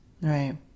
Right